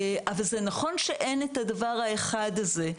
אבל זה נכון שאין את הדבר האחד הזה,